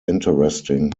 interesting